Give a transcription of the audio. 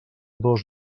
dos